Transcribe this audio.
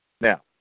Now